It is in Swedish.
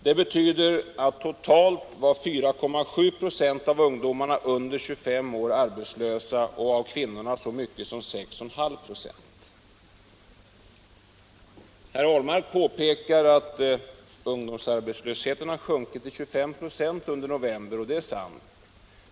Det betyder att totalt 4,7 ?6 av ungdomarna under 25 16 december 1976 år var arbetslösa och att motsvarande siffra för kvinnorna var så hög som 6,5 96. Samordnad Herr Ahlmark påpekar att ungdomsarbetslösheten under november månad = sysselsättnings och sjönk till 25 000, och det är sant.